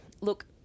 look